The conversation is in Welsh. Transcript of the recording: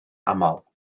aml